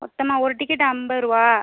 மொத்தமாக ஒரு டிக்கெட் அம்பது ரூவா